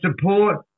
support